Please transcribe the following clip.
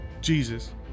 Jesus